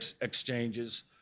exchanges